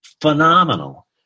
phenomenal